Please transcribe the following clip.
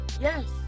Yes